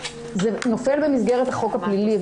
זה נופל במסגרת החוק הפלילי.